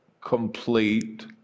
complete